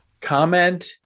Comment